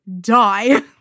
die